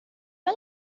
are